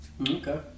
Okay